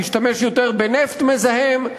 נשתמש יותר בנפט מזהם,